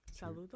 Saludo